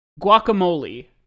guacamole